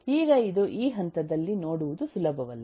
ಈಗ ಇದು ಈ ಹಂತದಲ್ಲಿ ನೋಡುವುದು ಸುಲಭವಲ್ಲ